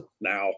now